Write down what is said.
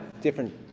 different